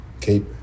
keep